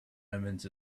omens